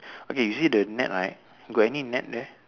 okay you see the net right got any net there